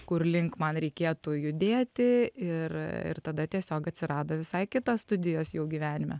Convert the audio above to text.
kur link man reikėtų judėti ir ir tada tiesiog atsirado visai kitos studijos jau gyvenime